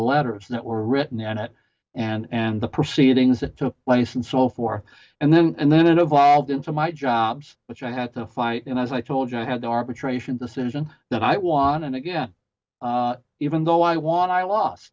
letters that were written and it and the proceedings that took place and so forth and then and then it evolved into my jobs which i had to fight and as i told you i had the arbitration decision that i won and again even though i won i lost